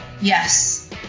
Yes